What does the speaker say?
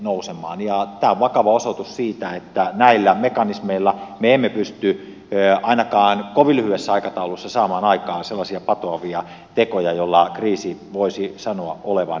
tämä on vakava osoitus siitä että näillä mekanismeilla me emme pysty ainakaan kovin lyhyessä aikataulussa saamaan aikaan sellaisia patoavia tekoja joilla kriisin voisi sanoa olevan ohitse